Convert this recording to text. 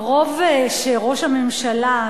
מרוב שראש הממשלה,